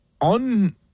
on